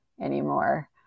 anymore